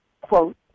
quote